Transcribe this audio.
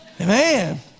Amen